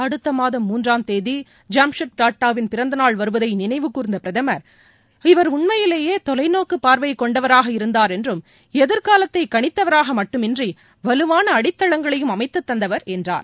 அடுத்த மாதம் மூன்றாம் தேதி ஜாம்ஷெட் டாடாவின் பிறந்தநாள் வருவதை நினைவு கூர்ந்த பிரதமா் இவா் உண்மையிலேயே தொலைநோக்கு பாாவை கொண்டவராக இருந்தாா் என்றும் எதிர்காலத்தை கணித்தவராக மட்டுமின்றி வலுவான அடித்தளங்களையும் அமைத்து தந்தவர் என்றார்